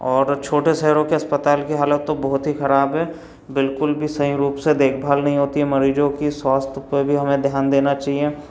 और छोटे शहरों के अस्पताल की हालत तो बहुत ही ख़राब है बिल्कुल भी सही रूप से देखभाल नहीं होती है मरीजों के स्वास्थ्य पर भी हमें ध्यान देना चाहिए